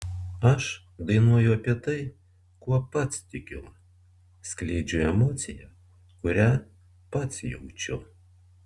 aš dainuoju apie tai kuo pats tikiu skleidžiu emociją kurią pats jaučiu